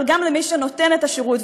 אבל גם למי שנותן את השירות.